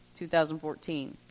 2014